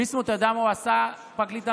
ביסמוט, אתה יודע מה הוא עשה, פרקליט המדינה?